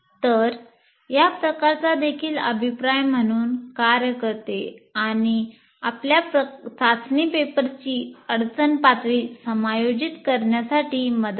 तर या प्रकारचा देखील अभिप्राय म्हणून कार्य करते आणि आपल्या चाचणी पेपरची अडचण पातळी समायोजित करण्यासाठी मदत करते